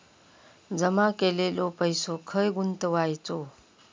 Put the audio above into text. जमा केलेलो पैसो खय गुंतवायचो?